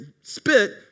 spit